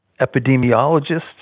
epidemiologists